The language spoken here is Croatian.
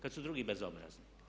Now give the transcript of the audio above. Kad su drugi bezobrazni.